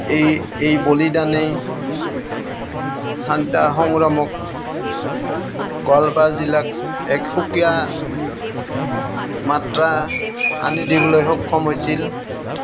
এই এই বলিদানেই স্বাধীনতা সংগ্ৰামক গোৱালপাৰ জিলাক এক সুকীয়া মাত্ৰা আনি দিবলৈ সক্ষম হৈছিল